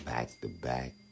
Back-to-back